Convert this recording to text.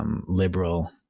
liberal